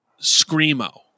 screamo